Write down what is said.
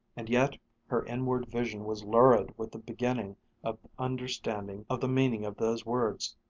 and yet her inward vision was lurid with the beginning of understanding of the meaning of those words,